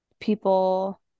People